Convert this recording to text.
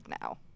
now